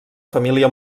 família